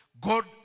God